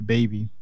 Baby